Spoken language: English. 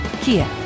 Kia